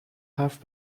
حرف